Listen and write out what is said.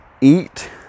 eat